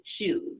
shoes